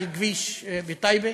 על כביש בטייבה,